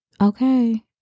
okay